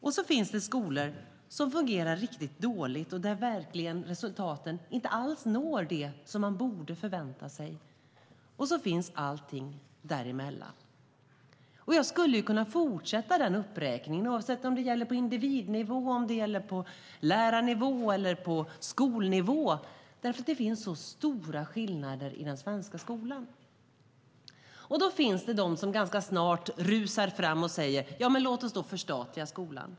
Sedan finns det skolor som fungerar riktigt dåligt, och där man verkligen inte når de resultat som man borde förvänta sig. Sedan finns allting däremellan. Jag skulle kunna fortsätta denna uppräkning, oavsett om det gäller på individnivå, på lärarnivå eller på skolnivå, därför att det finns så stora skillnader i den svenska skolan. Då finns det de som ganska snart rusar fram och säger: Låt oss då förstatliga skolan!